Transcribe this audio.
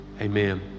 amen